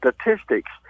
statistics